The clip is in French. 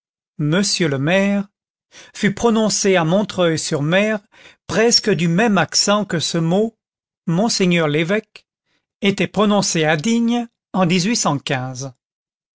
monsieur le maire fut prononcé à montreuil sur mer presque du même accent que ce mot monseigneur l'évêque était prononcé à digne en